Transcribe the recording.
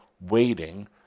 waiting